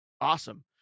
Awesome